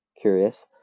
curious